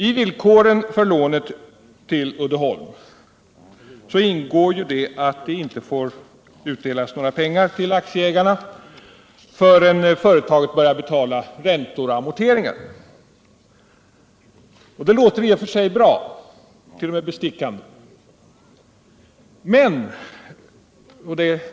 I villkoren för lånet till Uddeholm ingår att inga pengar får utdelas till aktieägarna förrän företaget börjar betala räntor och amorteringar. Det låter i och för sig bra, t.o.m. bestickande bra.